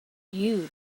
you